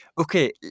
Okay